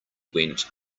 went